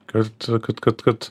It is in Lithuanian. kad kad kad kad